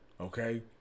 Okay